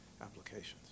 Applications